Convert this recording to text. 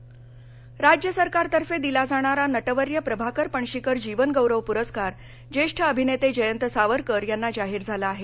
नाट्यपररूकार राज्य सरकारतफॅ दिला जाणारा नटवर्य प्रभाकर पणशीकर जीवन गौरव पुरस्कार ज्येष्ठ अभिनेते जयंत सावरकर यांना जाहीर झाला आहे